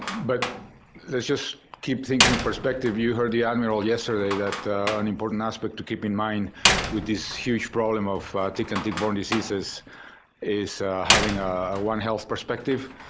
but there's just keep things in perspective. you heard the admiral yesterday that an important aspect to keep in mind with this huge problem of tick and tick-borne diseases is having a one health perspective.